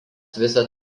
visa